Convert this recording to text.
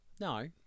No